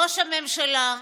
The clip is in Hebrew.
ראש הממשלה,